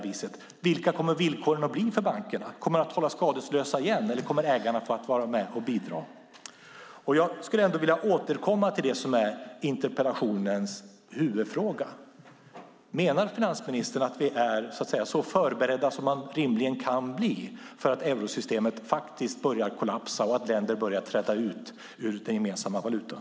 Vilka blir villkoren för bankerna? Kommer de att hållas skadeslösa igen eller kommer ägarna att vara med och bidra? Jag återkommer till interpellationens huvudfråga. Menar finansministern att vi är så förberedda som vi rimligen kan vara om eurosystemet kollapsar och länder börja träda ut ur den gemensamma valutan?